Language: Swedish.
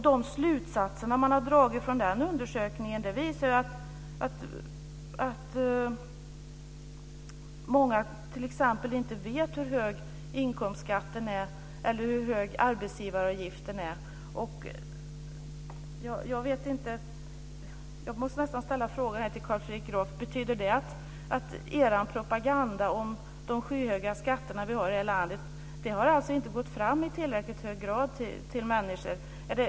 De slutsatser man har dragit av den undersökningen visar t.ex. att många inte vet hur hög inkomstskatten är eller hur hög arbetsgivaravgiften är. Jag måste nästan ställa en fråga till Carl Fredrik Graf. Betyder det att er propaganda om de skyhöga skatterna vi har här i landet inte har gått fram i tillräckligt hög grad till människor?